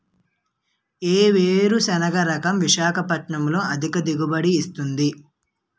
ఏ వేరుసెనగ రకం విశాఖపట్నం లో అధిక దిగుబడి ఇస్తుంది?